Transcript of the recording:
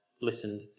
listened